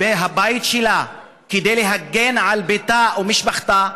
הבית שלה, כדי להגן על ביתה ומשפחתה?